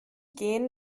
gehen